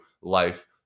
life